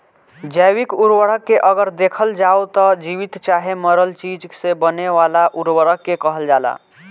जैविक उर्वरक के अगर देखल जाव त जीवित चाहे मरल चीज से बने वाला उर्वरक के कहल जाला